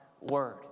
word